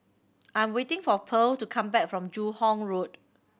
I'm waiting for Pearl to come back from Joo Hong Road